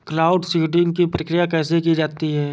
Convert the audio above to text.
Cloud seeding की प्रक्रिया कैसे की जाती है?